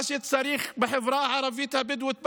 מה שצריך בחברה הערבית הבדואית בנגב,